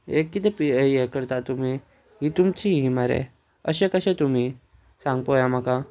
एक कितें हें करता तुमी ही तुमची ही मरे अशें कशें तुमी सांगपो पोव्या म्हाका